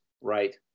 right